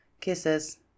Kisses